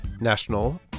National